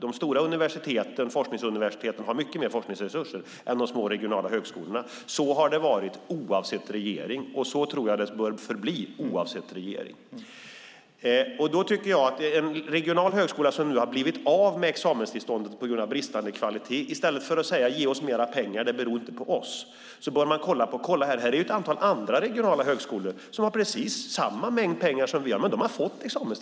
De stora forskningsuniversiteten har mycket mer forskningsresurser än de små regionala högskolorna. Så har det varit oavsett regering, och så bör det förbli oavsett regering. En regional högskola som har blivit av med examenstillståndet på grund av bristande kvalitet bör titta på andra regionala högskolor med samma mängd pengar som har fått examenstillstånd i stället för att säga: Ge oss mer pengar; det beror inte på oss.